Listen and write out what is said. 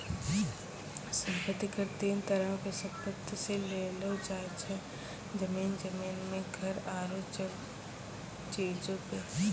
सम्पति कर तीन तरहो के संपत्ति से लेलो जाय छै, जमीन, जमीन मे घर आरु चल चीजो पे